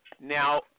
Now